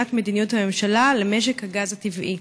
לבחינת מדיניות הממשלה למשק הגז הטבעי.